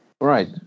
right